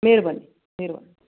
ਮਿਹਰਬਾਨੀ ਮਿਹਰਬਾਨੀ